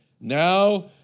now